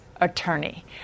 attorney